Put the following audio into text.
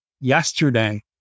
yesterday